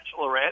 Bachelorette